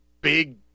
big